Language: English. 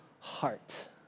heart